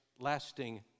lasting